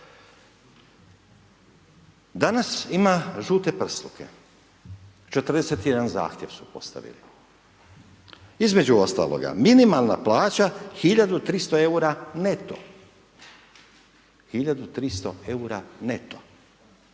Danas ima žute prsluke. 41 zahtjev su postavili. Između ostaloga minimalna plaća hiljadu 300 eura neto,